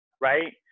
right